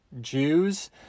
Jews